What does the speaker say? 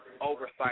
oversight